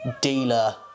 dealer